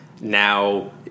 now